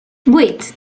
vuit